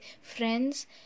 friends